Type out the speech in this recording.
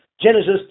Genesis